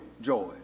joy